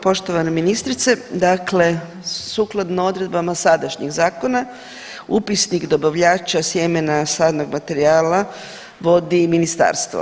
Poštovana ministrice, dakle sukladno odredbama sadašnjih zakona upisnik dobavljača sjemena, sadnog materijala vodi ministarstvo.